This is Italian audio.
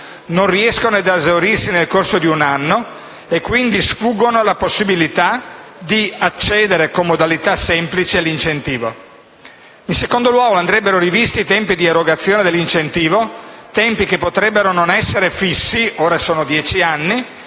non riescono a esaurirsi nel corso di un anno e, quindi, sfuggono alla possibilità di accedere con modalità semplice all'incentivo. In secondo luogo, andrebbero rivisti i tempi di erogazione dell'incentivo, che potrebbero non essere fissi ‑ ora sono di dieci anni